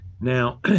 Now